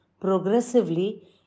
progressively